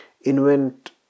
invent